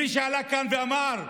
מישהו עלה לכאן ואמר: